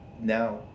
now